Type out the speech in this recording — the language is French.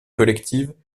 collective